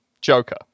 Joker